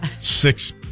six